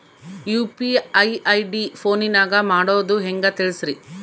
UPI ID ಫೋನಿನಾಗ ಮಾಡೋದು ಹೆಂಗ ತಿಳಿಸ್ರಿ?